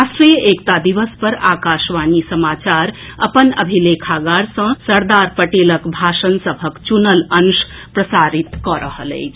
राष्ट्रीय एकता दिवस पर आकाशवाणी समाचार अपन अभिलेखागार सँ सरदार पटेलक भाषण सभक चुनल अंश प्रसारित कऽ रहल अछि